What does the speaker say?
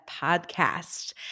podcast